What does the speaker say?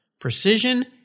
precision